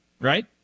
Right